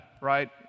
right